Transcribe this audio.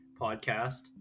podcast